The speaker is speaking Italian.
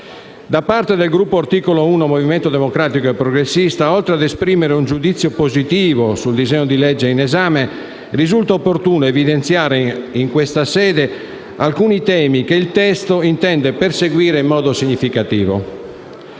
2014. Il Gruppo Articolo 1-Movimento democratico e progressista, oltre a esprimere un giudizio positivo sul disegno di legge in esame, ritiene opportuno evidenziare in questa sede alcuni temi che il testo intende perseguire in modo significativo.